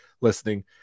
listening